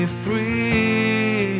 free